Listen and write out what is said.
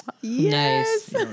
Yes